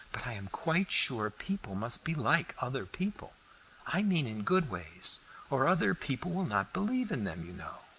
but i am quite sure people must be like other people i mean in good ways or other people will not believe in them, you know.